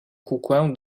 kukłę